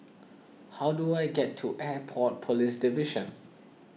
how do I get to Airport Police Division